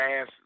ass